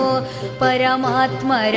Paramatma